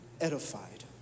edified